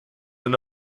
and